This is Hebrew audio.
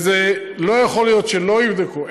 לא יכול להיות שלא יבדקו.